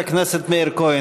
חבר הכנסת ג'מאל זחאלקה,